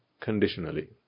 conditionally